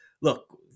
Look